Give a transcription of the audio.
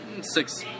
six